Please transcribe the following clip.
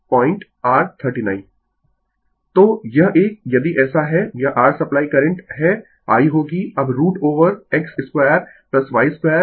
Refer Slide Time 2446 तो यह एक यदि ऐसा है यह r सप्लाई करंट है I होगी अब root over x square y square